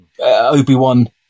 Obi-Wan